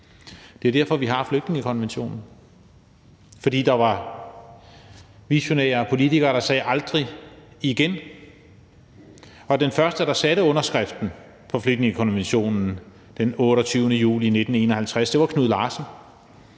Det er derfor, vi har flygtningekonventionen. Det er, fordi der var visionære politikere, der sagde: aldrig igen. Og den første, der satte underskriften på flygtningekonventionen den 28. juli 1951, var Knud Larsen.